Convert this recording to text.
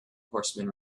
horseman